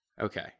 Okay